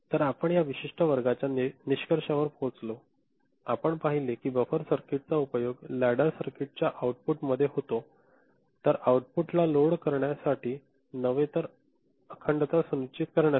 तर आपण या विशिष्ट वर्गाच्या निष्कर्षावर पोहचलो आपण पाहिले कि बफर सर्किट चा उपयोग लॅडर सर्किट च्या आउटपुट मध्ये होतो तर आउटपुट ला लोड कर्णयसाठी नवे तर अखंडता सुनिश्चित करण्यासाठी